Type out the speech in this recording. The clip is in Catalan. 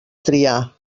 triar